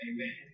Amen